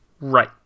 Right